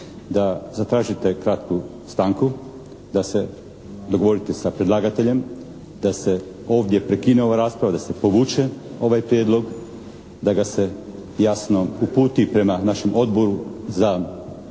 da zatražite kratku stanku, da se dogovorite sa predlagateljem, da se ovdje prekine ova rasprava, da se povuče ovaj prijedlog, da ga se jasno uputi prema našem Odboru za lokalnu